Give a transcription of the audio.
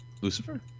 Lucifer